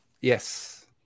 Yes